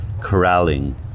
corralling